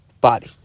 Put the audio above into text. body